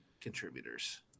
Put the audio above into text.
contributors